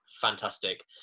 fantastic